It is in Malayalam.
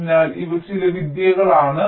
അതിനാൽ ഇവ ചില വിദ്യകളാണ്